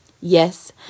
Yes